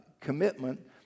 commitment